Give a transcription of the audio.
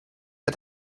met